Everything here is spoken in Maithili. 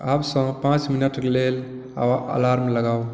आबसँ पाँच मिनटक लेल अलार्म लगाउ